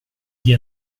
gli